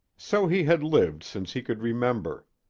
so he had lived since he could remember.